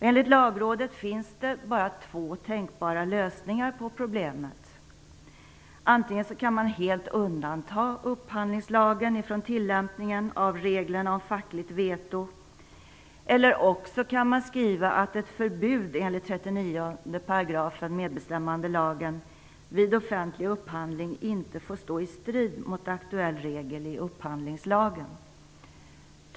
Enligt Lagrådet finns det bara två tänkbara lösningar på problemet. Antingen kan man helt undanta upphandlingslagen från tillämpningen av reglerna om fackligt veto eller också kan man skriva att ett förbud enligt 39 § MBL vid offentlig upphandling inte får stå i strid mot aktuell regel i upphandlingslagen.